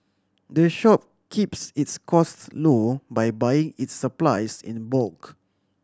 the shop keeps its costs low by buying its supplies in bulk